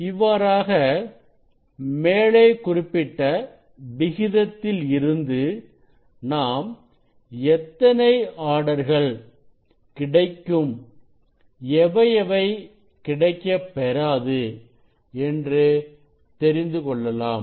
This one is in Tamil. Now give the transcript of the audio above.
இவ்வாறாக மேலே குறிப்பிட்ட விகிதத்தில் இருந்து நாம் எத்தனை ஆர்டர்கள் கிடைக்கும் எவை எவை கிடைக்கப் பெறாது என்று தெரிந்து கொள்ளலாம்